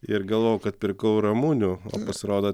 ir galvojau kad pirkau ramunių pasirodo